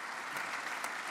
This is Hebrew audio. (מחיאות כפיים)